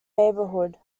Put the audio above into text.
neighborhood